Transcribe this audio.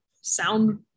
sound